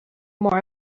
more